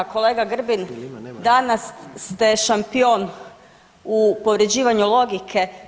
Kolega Grbin danas ste šampion u povređivanju logike.